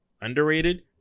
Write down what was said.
underrated